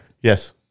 Yes